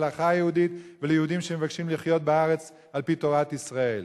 להלכה היהודית וליהודים שמבקשים לחיות בארץ על-פי תורת ישראל?